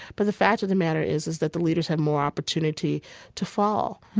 but the fact of the matter is, is that the leaders have more opportunity to fall.